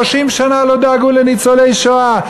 "30 שנה לא דאגו לניצולי שואה",